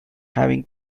having